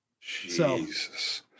Jesus